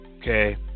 okay